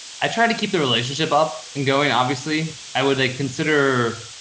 i try to keep the relationship up and going, obviously i would consider,